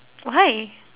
why